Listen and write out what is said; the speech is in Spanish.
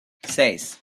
seis